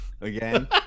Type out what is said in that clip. Again